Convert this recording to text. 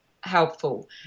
helpful